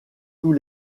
tous